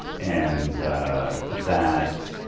and that